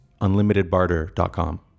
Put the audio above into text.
unlimitedbarter.com